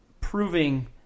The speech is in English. proving